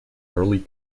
early